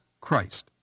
Christ